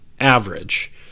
average